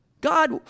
God